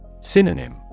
Synonym